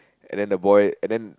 and then the boy and then